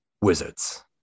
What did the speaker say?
wizards